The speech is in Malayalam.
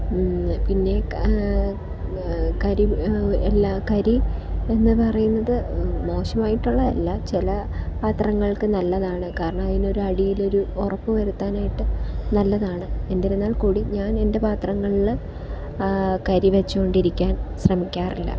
പിന്നെ കരി എല്ലാ കരി എന്നുപറയുന്നത് മോശമായിട്ടുള്ളതല്ല ചില പാത്രങ്ങള്ക്ക് നല്ലതാണ് കാരണം അതിനൊരു അടിയിലൊരു ഉറപ്പ് വരുത്താനായിട്ട് നല്ലതാണ് എന്നിരുന്നാല് കൂടി ഞാന് എന്റെ പാത്രങ്ങളിൽ കരി വച്ചുകൊണ്ടിരിക്കാന് ശ്രമിക്കാറില്ല